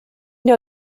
know